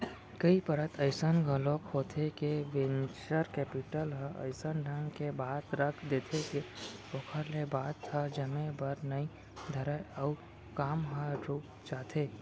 कई परत अइसन घलोक होथे के वेंचर कैपिटल ह अइसन ढंग के बात रख देथे के ओखर ले बात ह जमे बर नइ धरय अउ काम ह रुक जाथे